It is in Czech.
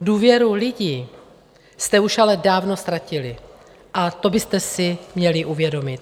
Důvěru lidí jste ale už dávno ztratili a to byste si měli uvědomit.